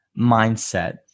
mindset